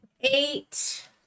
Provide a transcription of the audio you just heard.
eight